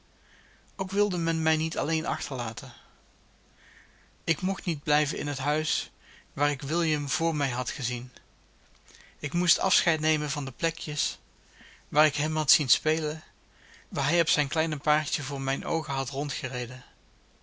ook wilde men mij niet alleen achterlaten ik mocht niet blijven in het huis waar ik william vr mij had gezien ik moest afscheid nemen van de plekjes waar ik hem had zien spelen waar hij op zijn klein paardje voor mijne oogen had rondgereden